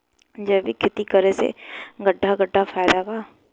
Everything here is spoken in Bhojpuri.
जैविक खेती करे से कट्ठा कट्ठा फायदा बा?